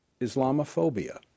Islamophobia